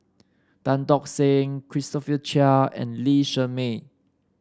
Tan Tock San Christopher Chia and Lee Shermay